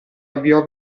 avviò